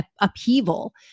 upheaval